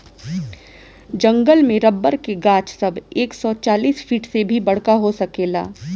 जंगल में रबर के गाछ सब एक सौ चालीस फिट से भी बड़का हो सकेला